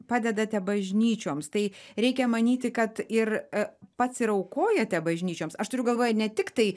padedate bažnyčioms tai reikia manyti kad ir pats ir aukojate bažnyčioms aš turiu galvoje ne tiktai